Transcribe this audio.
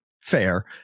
fair